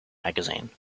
magazine